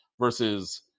versus